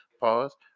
Pause